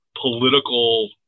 political